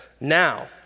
now